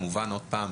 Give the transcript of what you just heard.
יש לו שתי אפשרויות: